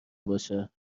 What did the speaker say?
باشه